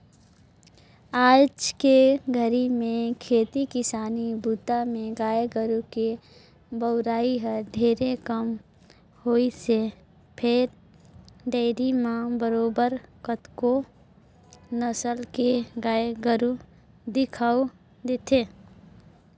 आयज के घरी में खेती किसानी बूता में गाय गोरु के बउरई हर ढेरे कम होइसे फेर डेयरी म बरोबर कतको नसल के गाय गोरु दिखउल देथे